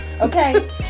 Okay